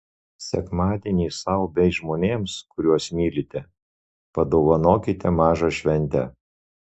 sekmadienį sau bei žmonėms kuriuos mylite padovanokite mažą šventę